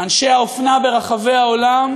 אנשי האופנה ברחבי העולם,